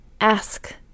ask